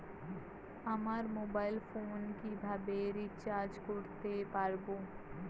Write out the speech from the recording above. আমার mobile phone কিভাবে recharge করতে পারব?